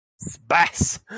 space